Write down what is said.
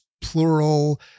plural